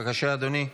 בבקשה, אדוני,